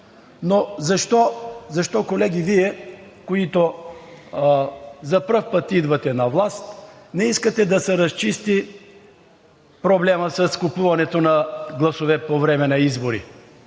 Но защо Вие, колеги, които за първи път идвате на власт, не искате да се разчисти проблемът с купуване на гласове по време на избори?